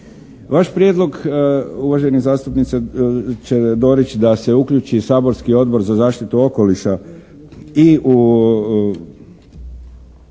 Vaš prijedlog uvažena zastupniče Dorić da se uključi saborski Odbor za zaštitu okoliša i u